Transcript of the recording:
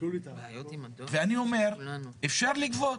אני אומר שאפשר לגבות.